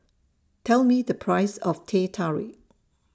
Tell Me The Price of Teh Tarik